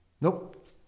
nope